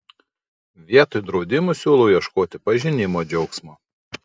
vietoje draudimų siūlau ieškoti pažinimo džiaugsmo